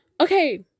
okay